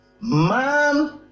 man